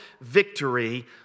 victory